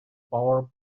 power